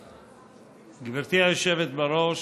גברתי היושבת בראש,